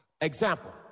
Example